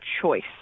choice